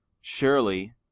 surely